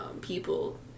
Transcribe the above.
people